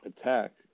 attack